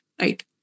right